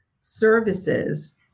services